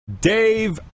Dave